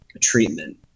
treatment